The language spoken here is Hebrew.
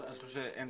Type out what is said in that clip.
אני חושב שאין